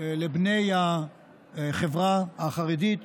לבני החברה החרדית